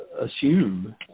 assume